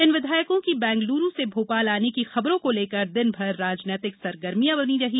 इन विधायकों की बैंगलुरू से भोपाल आने की खबरों को लेकर दिन भर राजनीतिक सरगर्मिया बनी रहीं